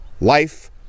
life